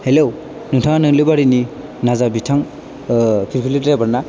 hello नोंथाङा नोलोबारिनि नाजा बिथां पिलपिलि ड्राइभार ना